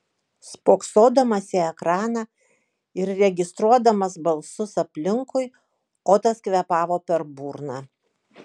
spoksodamas į ekraną ir registruodamas balsus aplinkui otas kvėpavo per burną